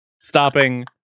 stopping